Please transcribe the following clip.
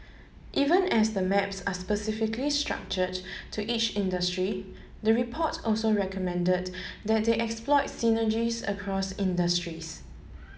even as the maps are specifically structured to each industry the report also recommended that they exploit synergies across industries